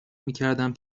میکردم